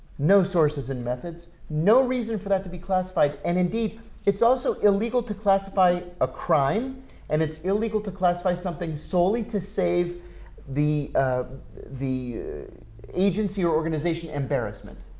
no sources and methods. no reason for that to be classified, and indeed it's also illegal to classify a crime and it's illegal to classify something solely to save the the agency or organization embarrassment.